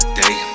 day